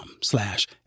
slash